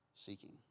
seeking